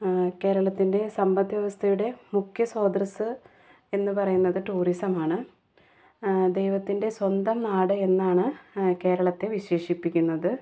കേരളത്തിൻ്റെ സമ്പത്ത് വ്യവസ്തയുടെ മുഖ്യ സ്രോതസ്സ് എന്ന് പറയുന്നത് ടൂറിസമാണ് ദൈവത്തിൻ്റെ സ്വന്തം നാട് എന്നാണ് കേരളത്തെ വിശേഷിപ്പിക്കുന്നത്